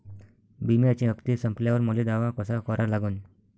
बिम्याचे हप्ते संपल्यावर मले दावा कसा करा लागन?